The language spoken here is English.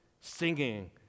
singing